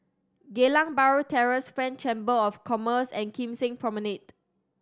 Geylang Bahru Terrace French Chamber of Commerce and Kim Seng Promenade